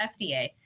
FDA